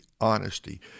honesty